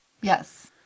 Yes